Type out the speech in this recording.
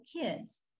kids